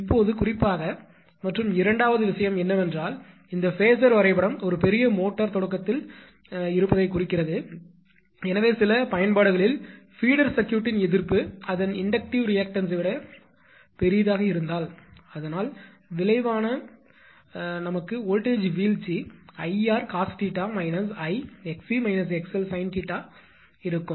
இப்போது குறிப்பாக மற்றும் இரண்டாவது விஷயம் என்னவென்றால் இந்த ஃபேஸர் வரைபடம் ஒரு பெரிய மோட்டார் தொடக்கத்தில் இருப்பதை குறிக்கிறது எனவே சில பயன்பாடுகளில் ஃபீடர் சர்க்யூட்டின் எதிர்ப்பு அதன் இண்டக்ட்டிவ் ரியாக்டன்ஸை விட பெரியதாக இருந்தால்அதனால் விளைவான வோல்ட்டேஜ் வீழ்ச்சி 𝐼𝑟 cos 𝜃 𝐼 𝑥𝑐 𝑥𝑙 sin 𝜃 சரியானதாக இருக்கும்